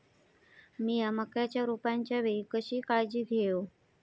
मीया मक्याच्या रोपाच्या वेळी कशी काळजी घेव?